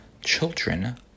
Children